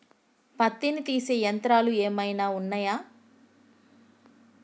పత్తిని తీసే యంత్రాలు ఏమైనా ఉన్నయా?